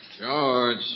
George